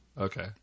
Okay